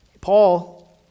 paul